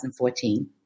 2014